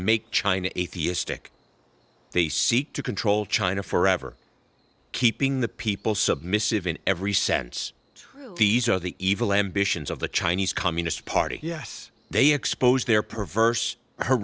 make china atheistic they seek to control china forever keeping the people submissive in every sense these are the evil ambitions of the chinese communist party yes they exposed their perverse her